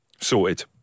Sorted